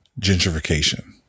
gentrification